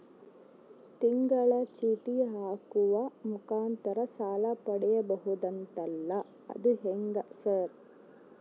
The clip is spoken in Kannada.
ತಿಂಗಳ ಚೇಟಿ ಹಾಕುವ ಮುಖಾಂತರ ಸಾಲ ಪಡಿಬಹುದಂತಲ ಅದು ಹೆಂಗ ಸರ್?